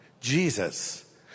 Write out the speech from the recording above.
Jesus